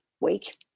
week